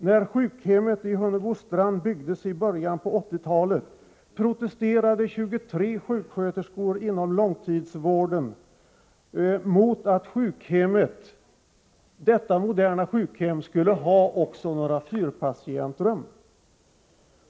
När sjukhemmet i Hunnebostrand byggdes i början av 1980-talet, protesterade 23 sjuksköterskor inom långvården mot att detta moderna sjukhem skulle ha också några fyrapatientsrum.